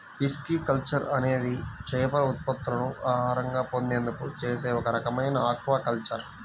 pisciculture అనేది చేపల ఉత్పత్తులను ఆహారంగా పొందేందుకు చేసే ఒక రకమైన ఆక్వాకల్చర్